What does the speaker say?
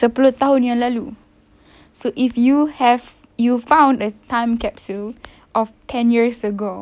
sepuluh tahun yang lalu so if you have you found a time capsule of ten years ago